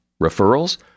Referrals